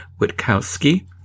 Witkowski